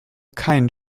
kein